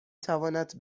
تواند